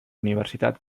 universitat